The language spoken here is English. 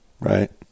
Right